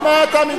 נו, אז מה אתה?